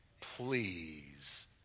Please